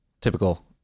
typical